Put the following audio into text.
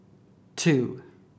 two